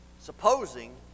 Supposing